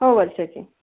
हो वर्षाची